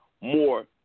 more